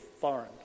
foreign